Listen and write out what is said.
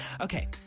Okay